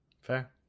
fair